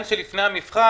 העניין שלפני המבחן.